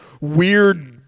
weird